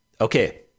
okay